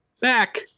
back